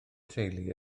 teulu